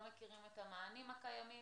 לא מכירים את המענים הקיימים